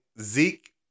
Zeke